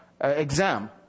exam